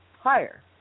higher